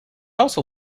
also